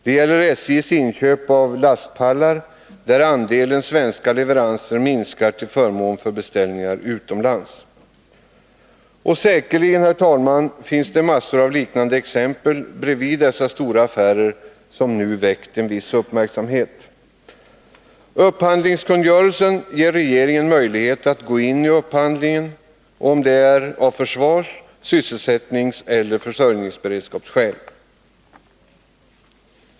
Det gäller SJ:s inköp av lastpallar, där andelen svenska leveranser minskar till förmån för beställningar utomlands. Säkerligen, herr talman, finns det mängder av liknande exempel, förutom dessa stora affärer som nu väckt en viss uppmärksamhet. Upphandlingskungörelsen ger regeringen möjlighet att gå in i upphandlingen om det är av försvars-, syselsättningseller försörjningsberedskapsskäl.